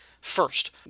First